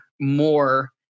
more